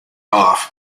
off